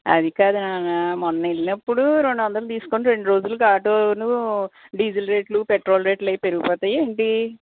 అది కాదు నాన్నా మొన్న వెళ్ళినప్పుడు రెండు వందలు తీసుకుని రెండు రోజులకి ఆటోను డీజెల్ రేట్లు పెట్రోల్ రేట్లు పెరిగిపోతాయా ఎంటి